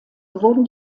wurden